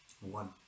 One